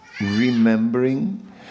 remembering